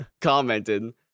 commented